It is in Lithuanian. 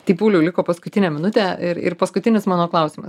tai pauliau liko paskutinė minutė ir ir paskutinis mano klausimas